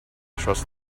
trust